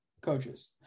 coaches